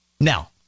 Now